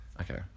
Okay